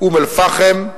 אום-אל-פחם,